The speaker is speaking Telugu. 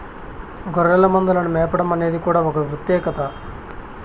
గొర్రెల మందలను మేపడం అనేది కూడా ఒక వృత్తే కదా